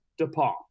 DePaul